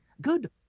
good